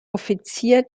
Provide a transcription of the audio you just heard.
offizier